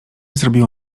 zrobiło